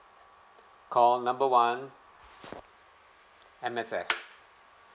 call number one M_S_F